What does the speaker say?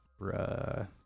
bruh